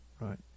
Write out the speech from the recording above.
right